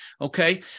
Okay